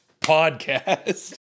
podcast